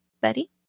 Betty